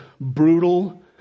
brutal